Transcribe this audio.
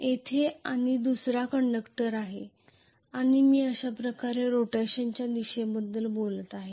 येथे आणि दुसरा कंडक्टर येथे आहे आणि मी अशा प्रकारे रोटेशनच्या दिशेबद्दल बोलत आहे